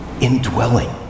indwelling